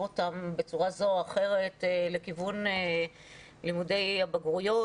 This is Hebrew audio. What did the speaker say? אותם בצורה זו או אחרת לכיוון לימודי הבגרויות,